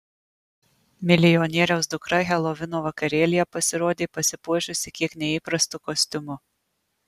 milijonieriaus dukra helovino vakarėlyje pasirodė pasipuošusi kiek neįprastu kostiumu